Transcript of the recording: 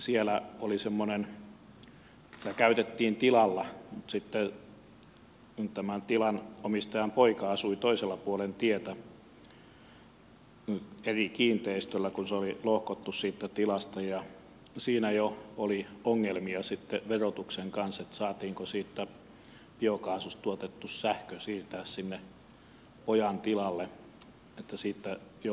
siellä oli semmoinen että sitä käytettiin tilalla mutta sitten kun tämän tilanomistajan poika asui toisella puolen tietä eri kiinteistössä kun se oli lohkottu siitä tilasta siinä jo oli ongelmia sitten verotuksen kanssa saatiinko siitä biokaasusta tuotettu sähkö siirtää sinne pojan tilalle siitä jo perittiin veroa